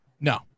No